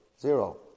Zero